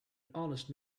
honest